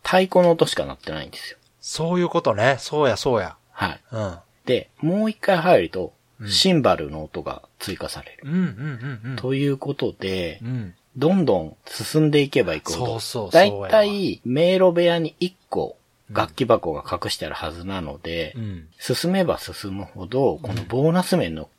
太鼓の音しか鳴ってないんですよ。そういうことね。そうや、そうや。はい。うん。で、もう一回入ると、うん。シンバルの音が追加される。うんうんうんうん。ということで、うん。どんどん進んでいけばいくほど、そうそう、そうやわ。大体、迷路部屋に一個、うん。楽器箱が隠してあるはずなので、うん。進めば進むほど、このボーナス面の